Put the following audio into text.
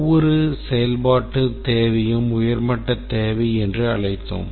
ஒவ்வொரு செயல்பாட்டுத் தேவையும் உயர் மட்டத் தேவை என்று அழைத்தோம்